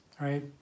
right